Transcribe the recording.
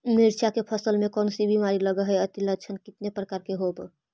मीरचा के फसल मे कोन सा बीमारी लगहय, अती लक्षण कितने प्रकार के होब?